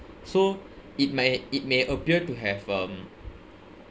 so it may it may appear to have um